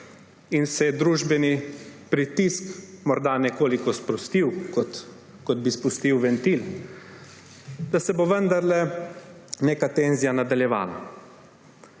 in se je družbeni pritisk morda nekoliko sprostil, kot bi spustil ventil, vendarle neka tenzija nadaljevala